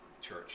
church